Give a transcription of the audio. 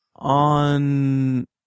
On